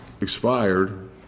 expired